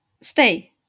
stay